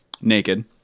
naked